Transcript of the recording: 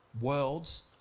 worlds